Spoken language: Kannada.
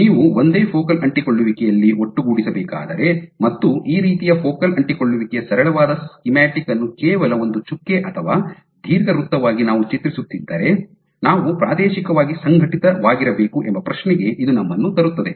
ನೀವು ಒಂದೇ ಫೋಕಲ್ ಅಂಟಿಕೊಳ್ಳುವಿಕೆಯಲ್ಲಿ ಒಟ್ಟುಗೂಡಿಸಬೇಕಾದರೆ ಮತ್ತು ಈ ರೀತಿಯ ಫೋಕಲ್ ಅಂಟಿಕೊಳ್ಳುವಿಕೆಯ ಸರಳವಾದ ಸ್ಕೀಮ್ಯಾಟಿಕ್ ಅನ್ನು ಕೇವಲ ಒಂದು ಚುಕ್ಕೆ ಅಥವಾ ದೀರ್ಘವೃತ್ತವಾಗಿ ನಾವು ಚಿತ್ರಿಸುತ್ತಿದ್ದರೆ ನಾವು ಪ್ರಾದೇಶಿಕವಾಗಿ ಸಂಘಟಿತವಾಗಿರಬೇಕು ಎಂಬ ಪ್ರಶ್ನೆಗೆ ಇದು ನಮ್ಮನ್ನು ತರುತ್ತದೆ